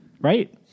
Right